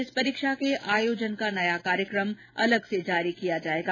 इस परीक्षा के आयोजन का नया कार्यक्रम अलग से जारी किया जायेगा